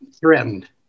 threatened